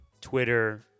Twitter